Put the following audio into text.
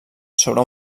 sobre